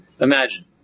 Imagine